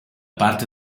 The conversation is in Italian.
parte